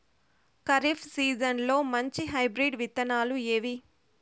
ఖరీఫ్ సీజన్లలో మంచి హైబ్రిడ్ విత్తనాలు ఏవి